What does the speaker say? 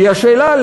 היא השאלה,